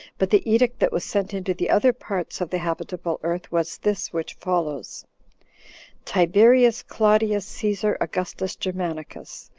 but the edict that was sent into the other parts of the habitable earth was this which follows tiberius claudius caesar augustus germanicus,